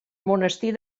monestir